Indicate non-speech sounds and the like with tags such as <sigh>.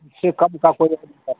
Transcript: उससे कम का कोई <unintelligible>